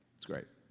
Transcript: it's great.